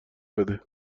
بده